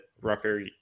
Rucker